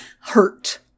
hurt